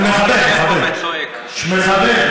אני מכבד, מכבד.